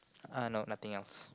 uh no nothing else